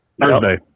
Thursday